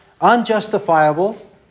unjustifiable